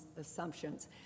assumptions